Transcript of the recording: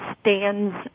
stands